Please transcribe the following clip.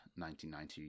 1990